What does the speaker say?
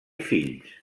fills